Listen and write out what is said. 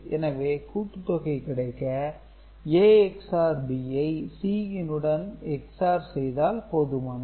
எனவே கூட்டுத்தொகை கிடைக்க A XOR B ஐ Cin உடன் XOR செய்தால் போதுமானது